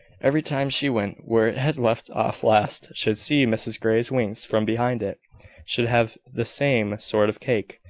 every time she went, where it had left off last should see mrs grey's winks from behind it should have the same sort of cake,